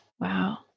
Wow